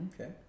Okay